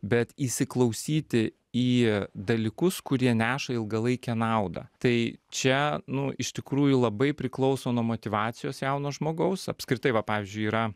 bet įsiklausyti į dalykus kurie neša ilgalaikę naudą tai čia nu iš tikrųjų labai priklauso nuo motyvacijos jauno žmogaus apskritai va pavyzdžiui yra